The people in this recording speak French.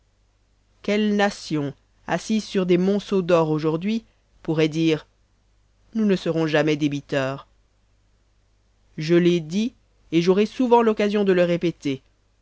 quelle nation assise sur des monceaux d'or aujourd'hui pourrait dire nous ne serons jamais débiteurs je l'ai dit et j'aurai souvent l'occasion de le répéter